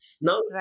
Now